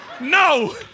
no